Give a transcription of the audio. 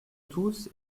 tous